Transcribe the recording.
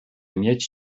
mieć